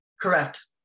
correct